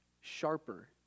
sharper